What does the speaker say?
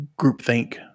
groupthink